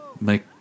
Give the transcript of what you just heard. make